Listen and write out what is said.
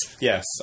Yes